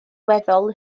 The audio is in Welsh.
weddol